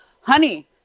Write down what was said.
honey